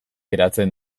eratzen